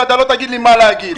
ואתה לא תגיד לי מה להגיד,